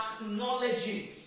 acknowledging